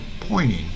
pointing